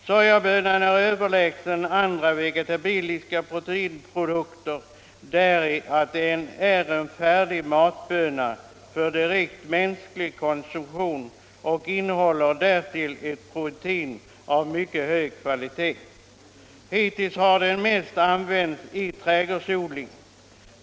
Sojabönan är ju överlägsen andra vegetabiliska proteinprodukter däri, att den är en färdig matböna för direkt mänsklig konsumtion, och den innehåller därtill ett protein av mycket hög kvalitet. Hittills har den mest använts i trädgårdsodling.